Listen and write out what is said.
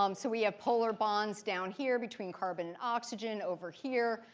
um so we have polar bonds down here between carbon and oxygen over here,